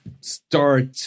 start